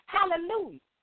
Hallelujah